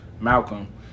Malcolm